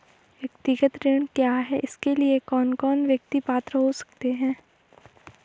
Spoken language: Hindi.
व्यक्तिगत ऋण क्या है इसके लिए कौन कौन व्यक्ति पात्र हो सकते हैं?